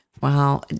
Wow